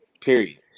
period